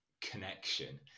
connection